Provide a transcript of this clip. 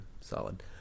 solid